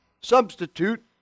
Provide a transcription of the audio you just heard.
substitute